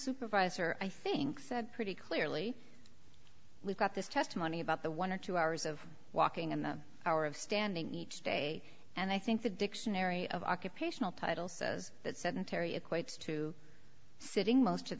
supervisor i think said pretty clearly we've got this testimony about the one or two hours of walking and the hour of standing each day and i think the dictionary of occupational title says that sedentary equates to sitting most of